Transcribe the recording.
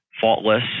faultless